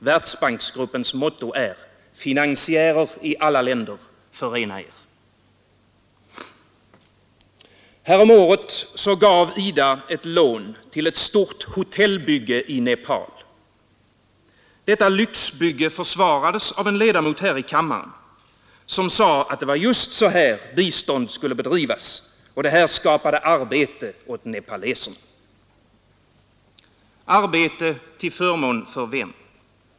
Världsbanksgruppens motto är: Finansiärer i alla länder, förena er! Häromåret gav IDA ett lån till ett stort hotellbygge i Nepal. Detta lyxbygge försvarades av en ledamot här i kammaren, som sade att det var just så här bistånd skulle bedrivas och att det skapade arbete åt nepaleserna. Arbete till förmån för vem?